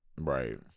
right